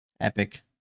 epic